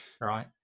right